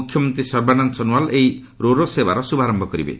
ମୁଖ୍ୟମନ୍ତ୍ରୀ ସର୍ବାନନ୍ଦ ସୋନୱାଲ ଏହି ro ro ସେବାର ଶୁଭାରମ୍ଭ କରିବେ